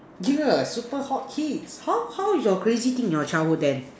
yeah super hot kids how how is your crazy thing your childhood then